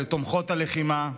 לתומכות הלחימה,